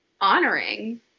honoring